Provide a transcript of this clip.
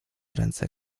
ręce